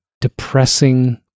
depressing